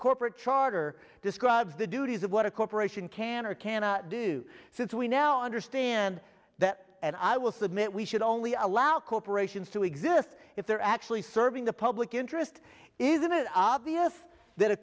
corporate charter describes the duties of what a corporation can or cannot do since we now understand that and i will submit we should only allow corporations to exist if they're actually serving the public interest isn't it obvious that a